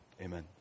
Amen